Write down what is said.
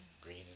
Green